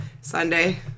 Sunday